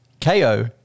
ko